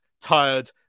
tired